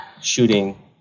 shooting